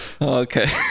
Okay